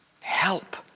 Help